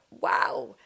wow